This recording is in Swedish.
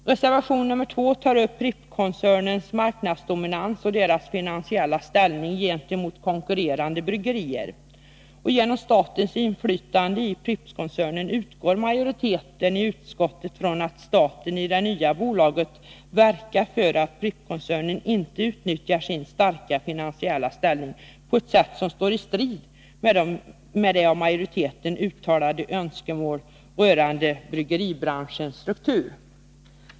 Reservation 2 tar upp Prippskoncernens marknadsdominans och dess finansiella ställning gentemot konkurrerande bryggerier. Genom statens inflytande i Prippskoncernen utgår majoriteten i utskottet från att staten i det nya bolaget verkar för att Prippskoncernen inte utnyttjar sin starka finansiella ställning på ett sätt som står i strid med de av majoriteten uttalade önskemålen rörande bryggeribranschens struktur.